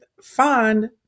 find